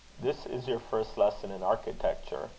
this is your first lesson in architecture,